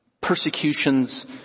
persecutions